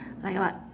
like what